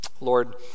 Lord